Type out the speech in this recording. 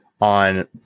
on